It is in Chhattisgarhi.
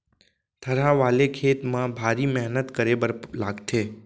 थरहा वाले खेत म भारी मेहनत करे बर लागथे